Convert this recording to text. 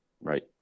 Right